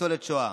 ניצולת שואה.